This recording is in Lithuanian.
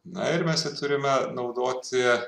na ir mes jį turime naudoti